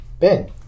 Ben